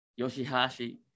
Yoshihashi